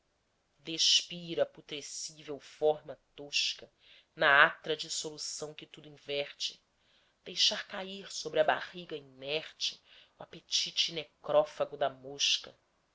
despir a putrescível forma tosca na atra dissoluçào que tudo inverte deixar cair sobre a barriga inerte o apetite necrófago da mosca